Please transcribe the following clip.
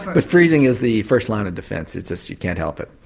but freezing is the first line of defence. it's just you can't help it.